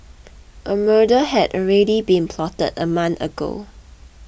a murder had already been plotted a month ago